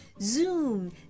Zoom